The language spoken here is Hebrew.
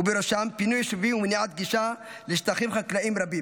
ובראשם פינוי יישובים ומניעת גישה לשטחים חקלאיים רבים